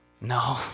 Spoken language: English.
no